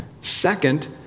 Second